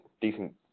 decent